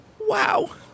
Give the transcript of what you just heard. Wow